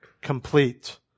complete